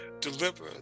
deliver